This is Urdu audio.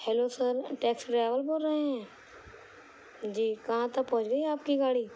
ہیلو سر ٹیکسی ڈرائیور بول رہے ہیں جی کہاں تک پہنچ گئی آپ کی گاڑی